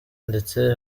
ndetse